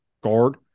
guard